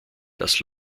das